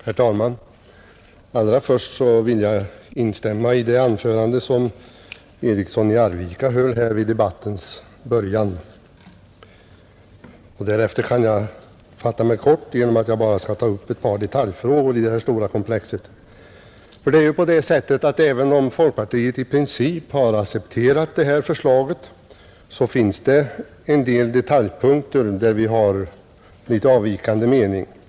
Herr talman! Allra först vill jag instämma i det anförande som herr Eriksson i Arvika höll i debattens början. Därefter kan jag fatta mig kort genom att jag bara skall ta upp ett par detaljfrågor i detta stora komplex. Även om folkpartiet i princip har accepterat detta förslag, finns det en del detaljpunkter, där vi har litet avvikande mening.